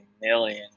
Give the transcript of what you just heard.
million